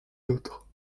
d’autre